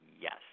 yes